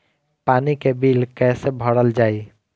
पानी के बिल कैसे भरल जाइ?